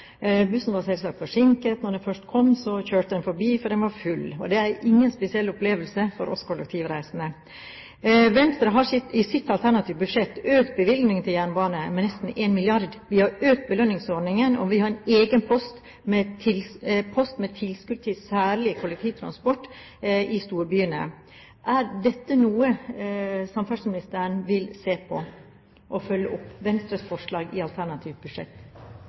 Bussen var selvsagt forsinket, og da den først kom, kjørte den forbi fordi den var full. Det er ingen spesiell opplevelse for oss kollektivreisende. Venstre har i sitt alternative budsjett økt bevilgningene til jernbane med nesten 1 mrd. kr, vi har økt belønningsordningen, og vi har en egen post med tilskudd til særlig kollektivtransport i storbyene. Er dette noe samferdselsministeren vil se på og følge opp – altså forslag i Venstres alternative budsjett?